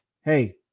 Hey